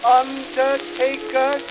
undertaker